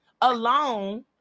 alone